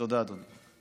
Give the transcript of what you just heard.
תודה, אדוני.